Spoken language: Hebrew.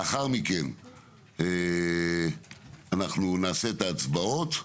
לאחר מכן אנחנו נעשה את ההצבעות,